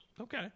Okay